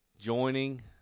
Joining